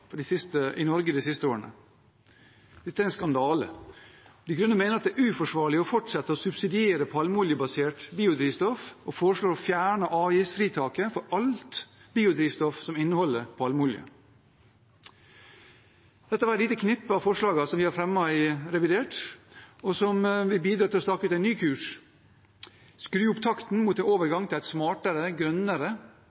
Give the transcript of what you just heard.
i Norge de siste årene. Dette er en skandale. De Grønne mener det er uforsvarlig å fortsette å subsidiere palmeoljebasert biodrivstoff, og foreslår å fjerne avgiftsfritaket for alt biodrivstoff som inneholder palmeolje. Dette var et lite knippe av forslagene som vi har fremmet i revidert, og som vil bidra til å stake ut en ny kurs og skru opp takten mot